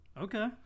Okay